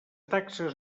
taxes